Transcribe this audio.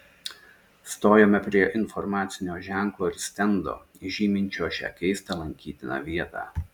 stojome prie informacinio ženklo ir stendo žyminčio šią keistą lankytiną vietą